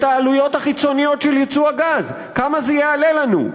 העלויות החיצוניות של ייצוא הגז: כמה זה יעלה לנו,